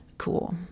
Cool